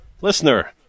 listener